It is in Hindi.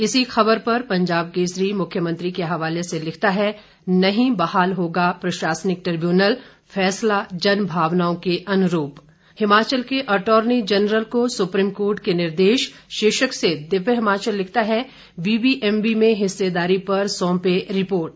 इसी खबर पर प्रन्नाथ मुख्यमंत्री के हवाले से लिखता है नहीं बहाल होगा प्रशासनिक ट्रिब्यूनल फैसला जनभावनाओं के अन्य हिमाचल के अटार्नी जनरल को सुप्रीम कोर्ट के निर्देश शीर्षक्र कित्रिय हिमाचल लिखता है बीबीएमबी में हिस्सेदारी पर सौंपे रिपोर्ट